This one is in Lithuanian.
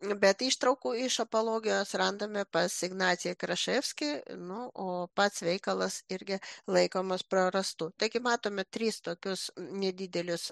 bet ištraukų iš apologijos randame pas ignaciją kraševskį nu o pats veikalas irgi laikomas prarastu taigi matome tris tokius nedidelius